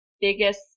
biggest